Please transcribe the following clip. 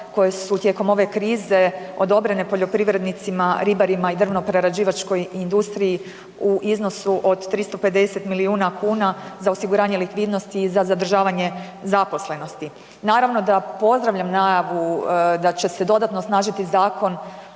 koje su tijekom ove krize odobrene poljoprivrednicima, ribarima i drvno prerađivačkoj industriji u iznosu od 350 milijuna kuna za osiguranje likvidnosti i za zadržavanje zaposlenosti. Naravno da pozdravljam najavu da će se dodatno osnažiti Zakon